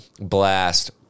blast